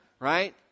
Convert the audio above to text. right